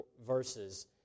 verses